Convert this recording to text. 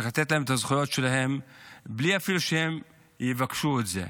צריך לתת להם את הזכויות שלהם בלי אפילו שהם יבקשו את זה,